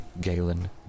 Galen